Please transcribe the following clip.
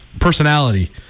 personality